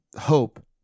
hope